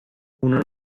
uno